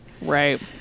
Right